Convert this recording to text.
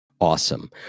awesome